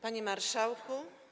Panie Marszałku!